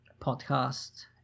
podcast